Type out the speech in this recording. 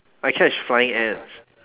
I catch flying ants